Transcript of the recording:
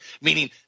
meaning